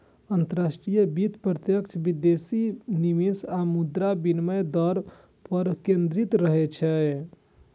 अंतरराष्ट्रीय वित्त प्रत्यक्ष विदेशी निवेश आ मुद्रा विनिमय दर पर केंद्रित रहै छै